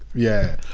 yeah.